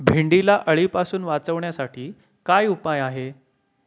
भेंडीला अळीपासून वाचवण्यासाठी काय उपाय आहे?